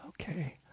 Okay